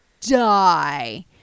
Die